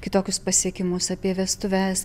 kitokius pasiekimus apie vestuves